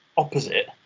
opposite